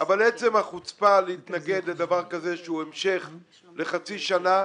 אבל עצם החוצפה להתנגד לדבר כזה שהוא המשך לחצי שנה,